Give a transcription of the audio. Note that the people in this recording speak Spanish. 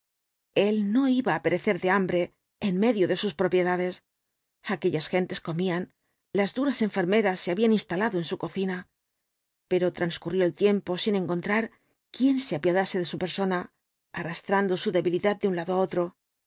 el no iba á perecer de hambre en medio de sus propiedades aquellas gentes comían las duras enfermeras se habían instalado en su cocina pero transcurrió el tiempo sin encontrar quien se apiadase de su persona arrastrando su debilidad de un lado á otro